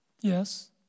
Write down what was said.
Yes